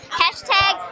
hashtag